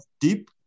deep